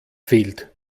fehlt